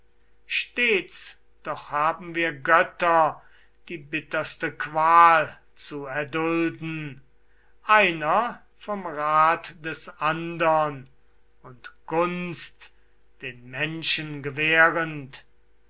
stets doch haben wir götter die bitterste qual zu erdulden einer vom rat des andern und gunst den menschen gewährend